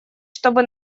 чтобы